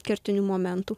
kertinių momentų